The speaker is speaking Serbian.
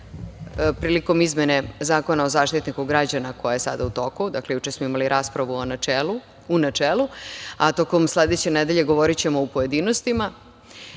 prilikom izmene Zakona o Zaštitniku građana, koja je sada u toku, dakle, juče smo imali raspravu u načelu, a tokom sledeće nedelje govorićemo u pojedinostima,